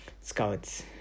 Scouts